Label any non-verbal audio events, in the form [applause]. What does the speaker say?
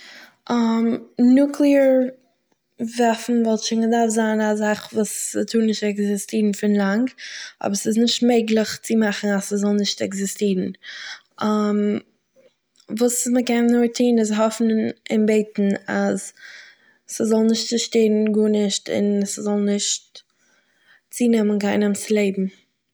[hesitation] נוקלעאר וואפן וואלט שוין געדארפט זיין א זאך וואס טאר נישט עקזיסטירן פון לאנג, אבער ס'איז נישט מעגלעך צו מאכן אז ס'זאל נישט עקזיסטירן. [hesitation] וואס מ'קען נאר טוהן איז, האפן און בעטן אז ס'זאל נישט צעשטערן גארנישט און ס'זאל נישט צונעמען קיינעם'ס לעבן